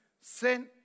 sent